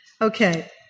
Okay